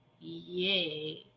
yay